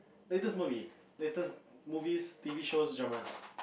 latest movie latest movies T_V shows dramas